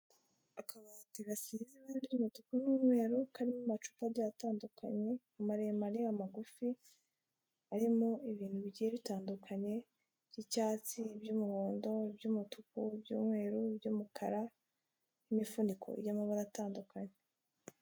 Akabati gasize ibara ry'umutuku n'umweru, karimo amacupa agiye atandukanye. Amaremare, amagufi arimo ibintu bigiye bitandukanye by'icyatsi, by'umuhondo, by'umutuku, by'umweru, by'umukara, n'imifuniko y'amabara atandukanye.